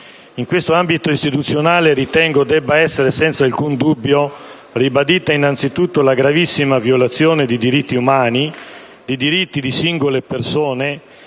In questo ambito istituzionale, ritengo debba essere senza alcun dubbio ribadita innanzitutto la gravissima violazione di diritti umani, di diritti di singole persone,